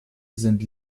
sind